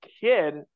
kid